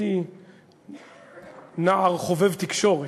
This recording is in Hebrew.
הייתי נער חובב תקשורת.